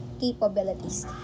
capabilities